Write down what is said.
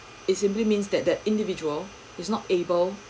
it simply means that that individual is not able